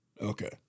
Okay